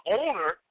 owner